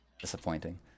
disappointing